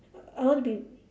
I want to be